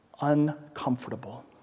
uncomfortable